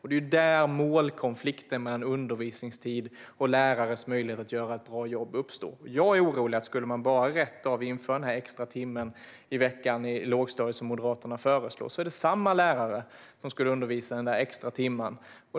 Det är där målkonflikten mellan undervisningstid och lärarens möjlighet att göra ett bra jobb uppstår. Jag är orolig för att om man rätt av inför den extra timmen i veckan i lågstadiet, som Moderaterna föreslår, är det samma lärare som ska undervisa den extra timmen.